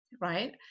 right